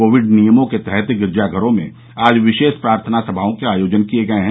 Covid नियमों के तहत गिरजा घरों में आज विशेष प्रार्थना सभाओं के आयोजन किये गये हैं